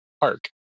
park